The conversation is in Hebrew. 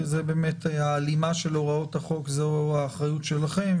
כי ההלימה של הוראות החוק היא האחריות שלכם,